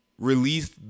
Released